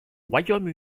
royaume